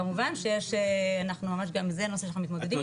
כמובן שאנחנו גם זה נושא שאנחנו מתמודדים איתו.